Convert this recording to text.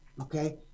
Okay